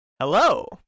Hello